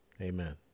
Amen